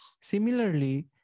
Similarly